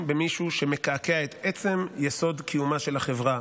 במישהו שמקעקע את עצם יסוד קיומה של החברה,